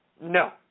No